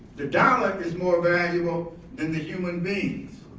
the dollar is more valuable than the human beings.